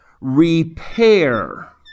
repair